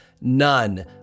none